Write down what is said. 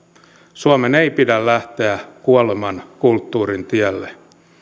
suomen ei pidä lähteä kuolemankulttuurin tielle